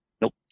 nope